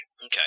Okay